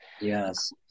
Yes